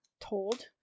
told